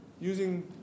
using